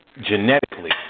genetically